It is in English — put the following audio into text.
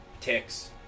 Ticks